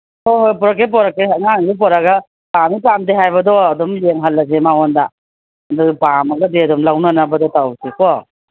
ꯍꯣꯏ ꯍꯣꯏ ꯄꯨꯔꯛꯀꯦ ꯄꯨꯔꯛꯀꯦ ꯑꯉꯥꯡꯁꯨ ꯄꯨꯔꯛꯑꯒ ꯄꯥꯝꯃꯤ ꯄꯥꯝꯗꯦ ꯍꯥꯏꯕꯗꯣ ꯑꯗꯨꯝ ꯌꯦꯡꯍꯜꯂꯒꯦ ꯃꯉꯣꯟꯗ ꯑꯗꯨꯒ ꯄꯥꯝꯃꯒꯗꯤ ꯑꯗꯨꯝ ꯂꯧꯅꯅꯕꯗ ꯇꯧꯔꯁꯤꯀꯣ